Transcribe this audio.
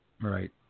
Right